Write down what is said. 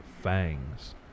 fangs